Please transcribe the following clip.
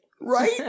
Right